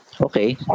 Okay